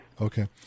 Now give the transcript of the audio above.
Okay